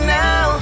now